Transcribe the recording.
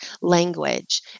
language